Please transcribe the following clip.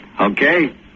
Okay